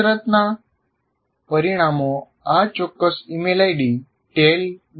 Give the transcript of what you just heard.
કસરતના પરિણામો આ ચોક્કસ ઇમેઇલ ID tale